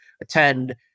attend